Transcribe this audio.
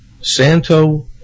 Santo